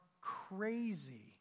crazy